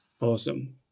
Awesome